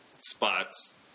spots